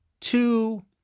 two